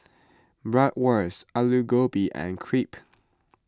Bratwurst Alu Gobi and Crepe